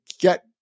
get